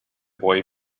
boy